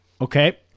okay